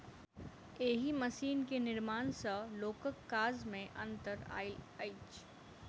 एहि मशीन के निर्माण सॅ लोकक काज मे अन्तर आयल अछि